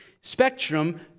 spectrum